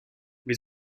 wir